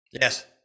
yes